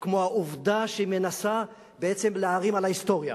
כמו העובדה שהיא מנסה בעצם להערים על ההיסטוריה